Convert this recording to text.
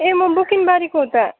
ए म बुकिनबारीको हो त